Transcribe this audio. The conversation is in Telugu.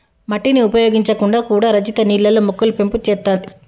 మట్టిని ఉపయోగించకుండా కూడా రజిత నీళ్లల్లో మొక్కలు పెంపు చేత్తాంది